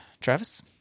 Travis